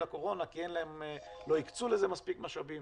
הקורונה כי לא הקצו לזה מספיק משאבים,